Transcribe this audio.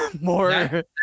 more